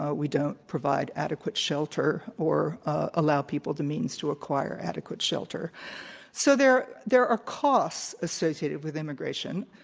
ah we don't provide adequate shelter or allow people the means to acquire adequate shelter so there there are costs associated with immigration,